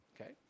Okay